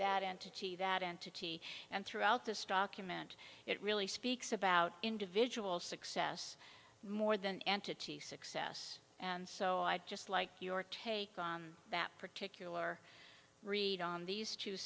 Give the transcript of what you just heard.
that entity that entity and throughout the stock you meant it really speaks about individual success more than entity success and so i'd just like your take on that particular read on these two